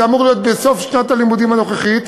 זה אמור להיות בסוף שנת הלימודים הנוכחית,